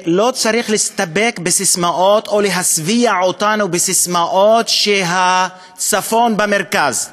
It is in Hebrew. שלא צריך להסתפק בססמאות או להשביע אותנו בססמאות שהצפון במרכז.